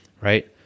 right